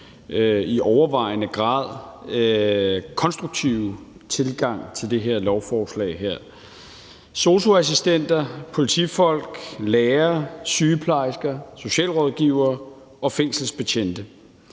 i overvejende grad konstruktive tilgang til det her lovforslag. Sosu-assistenter, politifolk, lærere, sygeplejersker, socialrådgivere og fængselsbetjente